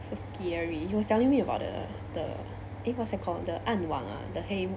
so scary he was telling me about the the eh what was that called the 暗网 ah the 黑